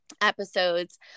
Episodes